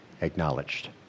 acknowledged